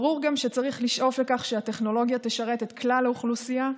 ברור שגם צריך לשאוף לכך שהטכנולוגיה תשרת את כלל האוכלוסייה.